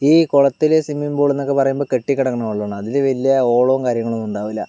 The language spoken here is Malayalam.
ഈ കുളത്തിൽ സ്വിമ്മിംഗ് പൂളെന്നൊക്കെ പറയുമ്പോൾ കെട്ടിക്കിടക്കുന്ന വെള്ളമാണ് അതിൽ വലിയ ഓളവും കാര്യങ്ങളും ഒന്നും ഉണ്ടാവില്ല